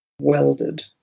welded